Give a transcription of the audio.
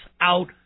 out